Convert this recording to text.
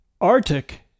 Arctic